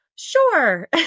Sure